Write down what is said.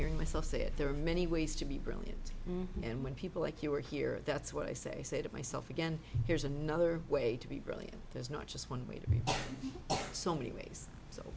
hearing myself say it there are many ways to be brilliant and when people like you are here that's why i say to myself again here's another way to be really there's not just one way to so many ways so